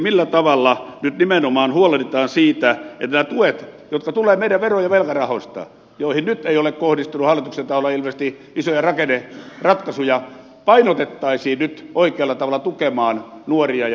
millä tavalla nyt huolehditaan nimenomaan siitä että nämä tuet jotka tulevat meidän vero ja velkarahoistamme joihin nyt ei ole kohdistunut hallituksen taholta ilmeisesti isoja rakenneratkaisuja painotettaisiin oikealla tavalla tukemaan nuoria ja päätoimisia